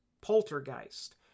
Poltergeist